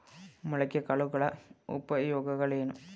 ಮೊಳಕೆ ಕಾಳುಗಳ ಉಪಯೋಗವೇನು?